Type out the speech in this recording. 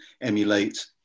emulate